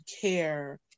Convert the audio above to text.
care